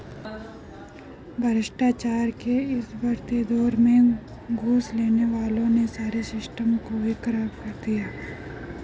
भ्रष्टाचार के इस बढ़ते दौर में घूस लेने वालों ने सारे सिस्टम को ही खराब कर दिया है